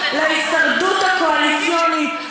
להישרדות הקואליציונית,